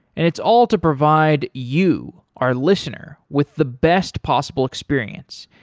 and it's all to provide you, our listener, with the best possible experience.